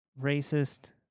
racist